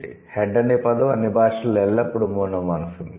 'head' అనే పదం అన్ని భాషలలో ఎల్లప్పుడూ మోనోమోర్ఫెమిక్